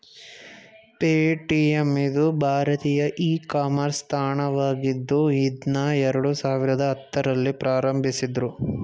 Paytm ಇದು ಭಾರತೀಯ e commerce ತಾಣವಾಗಿದ್ದು ಇದ್ನಾ ಎರಡು ಸಾವಿರದ ಹತ್ತುರಲ್ಲಿ ಪ್ರಾರಂಭಿಸಿದ್ದ್ರು